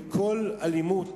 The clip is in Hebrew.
כל אלימות